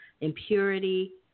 impurity